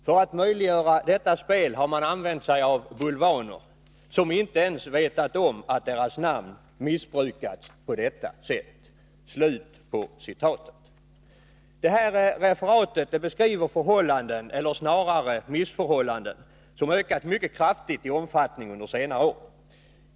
För att möjliggöra detta spel har man använt sig av bulvaner, som inte ens vetat om att deras namn missbrukats på detta sätt.” Referaret beskriver förhållanden eller snarare missförhållanden som ökat mycket kraftigt i omfattning under senare år.